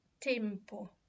tempo